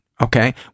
okay